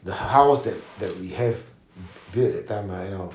the house that that we have built that time ah you know